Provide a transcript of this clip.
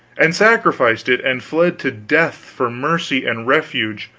and sacrificed it and fled to death for mercy and refuge,